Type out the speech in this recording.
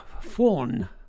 Fawn